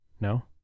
no